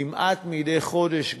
כמעט מדי חודש.